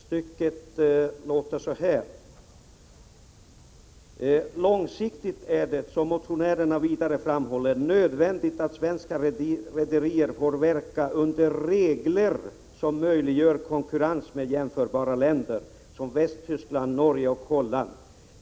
I reservationen skriver vi följande: ”Långsiktigt är det, som motionärerna vidare framhåller, nödvändigt att svenska rederier får verka under regler som möjliggör konkurrens med jämförbara länder, såsom Västtyskland, Norge och Holland.